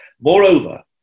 Moreover